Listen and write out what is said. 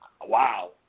wow